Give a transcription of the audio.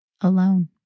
alone